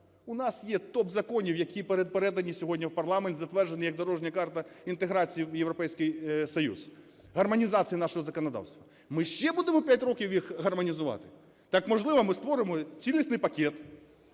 У нас є топ законів, які передані сьогодні в парламент, затверджені як дорожня карта інтеграції в Європейський Союз, гармонізація нашого законодавства. Ми ще будемо 5 років їх гармонізувати? Так, можливо, ми створимо цілісний пакет,